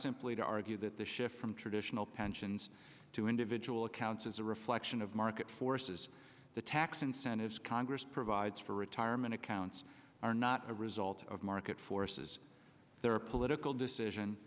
simply to argue that the shift from traditional pensions to individual accounts is a reflection of market forces the tax incentives congress provides for retirement accounts are not a result of market forces they're a political decision